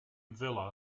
villa